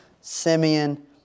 Simeon